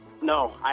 No